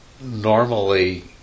normally